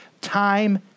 Time